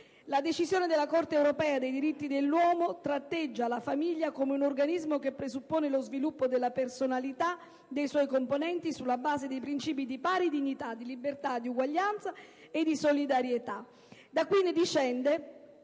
La decisione della Corte europea dei diritti dell'uomo tratteggia la famiglia come un organismo che presuppone lo sviluppo della personalità dei suoi componenti sulla base dei principi di pari dignità, di libertà, di uguaglianza e di solidarietà. Da qui discendono